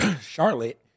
Charlotte